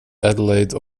adelaide